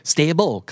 Stable